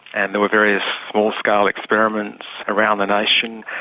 and there were various small-scale experiments around the nation.